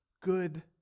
good